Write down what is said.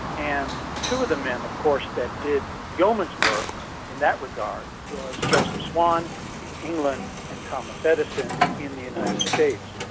and two of the men of course who did yeoman's work in that regard was joseph swan in england and thomas edison in the united states.